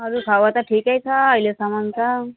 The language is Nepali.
हजुर खबर त ठिकै छ अहिलेसम्म त